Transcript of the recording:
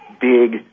big